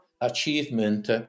achievement